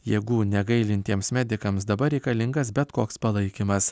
jėgų negailintiems medikams dabar reikalingas bet koks palaikymas